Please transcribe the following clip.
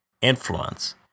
influence